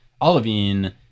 olivine